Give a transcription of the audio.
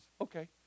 okay